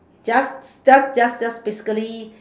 just just just just basically